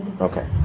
Okay